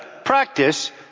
practice